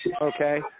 Okay